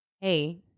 Hey